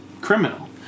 criminal